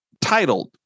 titled